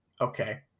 Okay